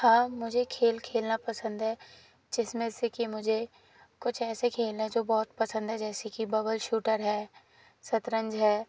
हाँ मुझे खेल खेलना पसंद है जिसमें से कि मुझे कुछ ऐसे खेल हैं जो बहुत पसंद हैं जैसे कि बबल शूटर है शतरंज है